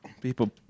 people